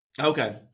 Okay